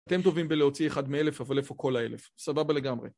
אתם טובים בלהוציא אחד מאלף אבל איפה כל האלף. סבבה לגמרי.